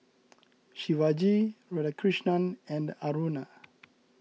Shivaji Radhakrishnan and Aruna